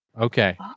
Okay